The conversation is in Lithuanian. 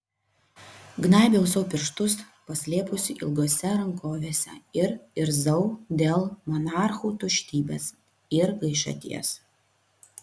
gnaibiau sau pirštus paslėpusi ilgose rankovėse ir irzau dėl monarchų tuštybės ir gaišaties